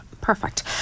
perfect